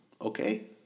okay